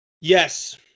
Yes